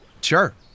Sure